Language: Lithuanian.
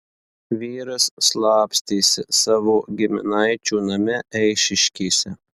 vyras slapstėsi savo giminaičių name eišiškėse